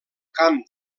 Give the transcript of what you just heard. camp